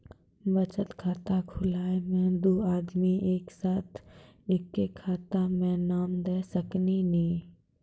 बचत खाता खुलाए मे दू आदमी एक साथ एके खाता मे नाम दे सकी नी?